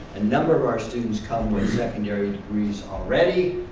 a number of our students come with secondary degrees already.